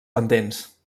pendents